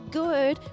good